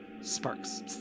sparks